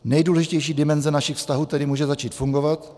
Nejdůležitější dimenze našich vztahů tedy může začít fungovat.